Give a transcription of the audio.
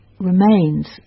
remains